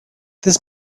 this